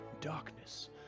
darkness